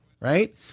right